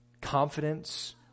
Confidence